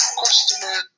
customer